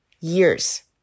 years